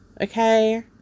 Okay